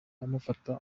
amufata